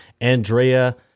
Andrea